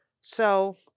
So-